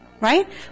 Right